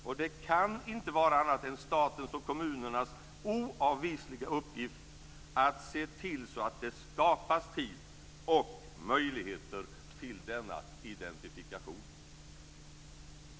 Och det kan inte vara annat än statens och kommunernas oavvisliga uppgift att se till så att det skapas tid och möjligheter till denna identifikation.